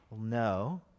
No